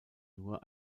nur